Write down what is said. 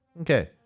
Okay